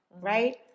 right